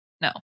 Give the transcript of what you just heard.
No